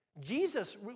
Jesus